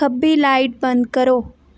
खब्बी लाईट बंद करो